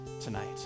tonight